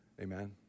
Amen